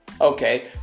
Okay